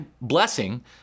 blessing